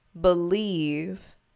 believe